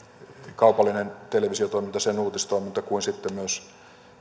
kaupallinen televisiotoiminta sen uutistoiminta kuin sitten myös